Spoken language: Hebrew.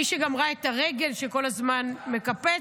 מי שגם ראה את הרגל שכל הזמן מקפצת,